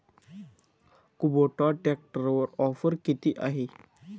Kubota ट्रॅक्टरवर offer किती आहे?